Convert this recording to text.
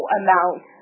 amount